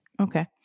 okay